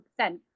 100%